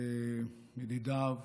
לידידיו